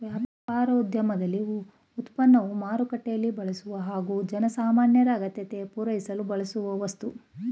ವ್ಯಾಪಾರೋದ್ಯಮದಲ್ಲಿ ಉತ್ಪನ್ನವು ಮಾರುಕಟ್ಟೆಲೀ ಬಳಸೊ ಹಾಗು ಜನಸಾಮಾನ್ಯರ ಅಗತ್ಯತೆ ಪೂರೈಸಲು ಬಳಸೋವಸ್ತು